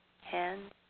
hands